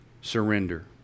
Surrender